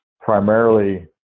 primarily